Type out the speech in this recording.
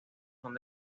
son